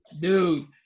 dude